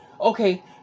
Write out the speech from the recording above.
Okay